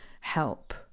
help